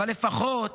אבל לפחות